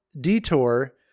Detour